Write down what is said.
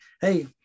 hey